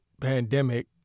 pandemic